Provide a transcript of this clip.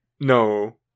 No